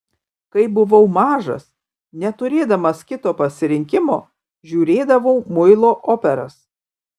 kai buvau mažas neturėdamas kito pasirinkimo žiūrėdavau muilo operas